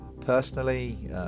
Personally